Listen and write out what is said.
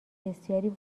بسیاری